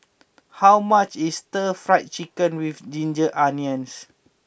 how much is Stir Fry Chicken with Ginger Onions